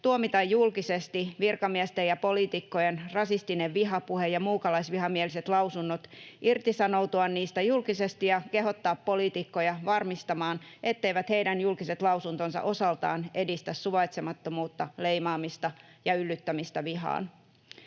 tuomita julkisesti virkamiesten ja poliitikkojen rasistinen vihapuhe ja muukalaisvihamieliset lausunnot, irtisanoutua niistä julkisesti ja kehottaa poliitikkoja varmistamaan, etteivät heidän julkiset lausuntonsa osaltaan edistä suvaitsemattomuutta, leimaamista ja yllyttämistä vihaan.